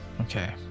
Okay